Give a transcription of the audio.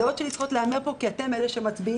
הדעות שלי צריכות להיאמר פה כי אתם אלה שמצביעים,